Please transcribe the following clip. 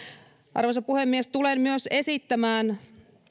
arvoisa puhemies tulen esittämään